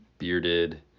bearded